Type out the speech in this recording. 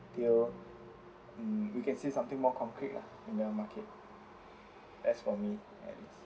until mm we can see something more concrete lah another market that's for me at least